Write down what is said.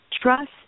Trust